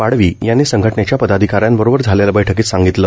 पाडवी यांनी संघटनेच्या पदाधिकाऱ्यांबरोबर झालेल्या बैठकीत सांगितलं